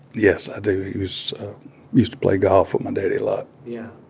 yes, i do. he was used to play golf with my daddy a lot yeah.